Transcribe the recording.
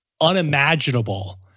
unimaginable